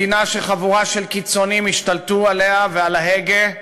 מדינה שחבורה של קיצונים השתלטו עליה ועל ההגה.